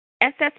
SS